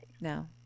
No